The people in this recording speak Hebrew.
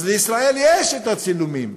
אז לישראל יש הצילומים.